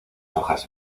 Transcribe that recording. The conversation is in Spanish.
hojas